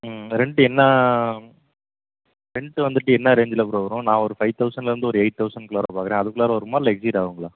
ம் ரெண்ட்டு என்ன ரெண்ட்டு வந்துட்டு என்ன ரேஞ்சில் ப்ரோ வரும் நான் ஒரு ஃபைவ் தௌசண்ட்லேருந்து ஒரு எய்ட் தௌசண்ட்குள்ளார பார்க்கறேன் அதுக்குள்ளார வருமா இல்லை எக்ஸிட் ஆகுங்களா